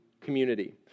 community